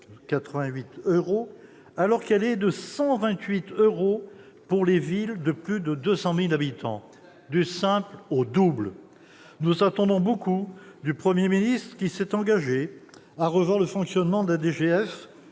88 euros, alors qu'elle est de 128 euros pour les villes de plus de 200 000 habitants. Exact ! La dotation varie donc du simple au double ... Nous attendons beaucoup du Premier ministre, qui s'est engagé à revoir le fonctionnement de la DGF.